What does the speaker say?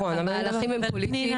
אבל פנינה,